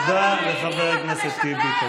אתה לא תגיד לי לבלום את הפה שלי, שוביניסט.